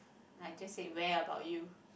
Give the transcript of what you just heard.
I just said where about you